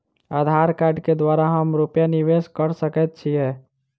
आधार कार्ड केँ द्वारा हम रूपया निवेश कऽ सकैत छीयै?